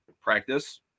practice